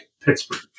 Pittsburgh